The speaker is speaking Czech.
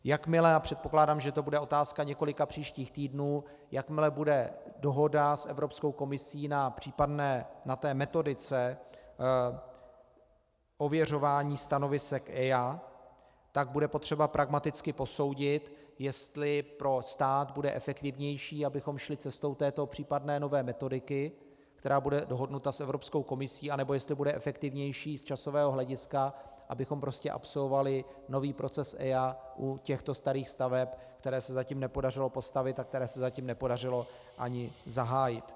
Jakmile, a předpokládám, že to bude otázka několika příštích týdnů, bude dohoda s Evropskou komisí na případné metodice pověřování stanovisek EIA, tak bude potřeba pragmaticky posoudit, jestli pro stát bude efektivnější, abychom šli cestou této případné nové metodiky, která bude dohodnuta s Evropskou komisí, anebo jestli bude efektivnější i z časového hlediska, abychom prostě absolvovali nový proces EIA u těchto starých staveb, které se zatím nepodařilo postavit a které se zatím nepodařilo ani zahájit.